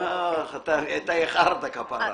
--- אתה איחרת, כפרה.